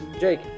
Jake